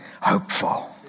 Hopeful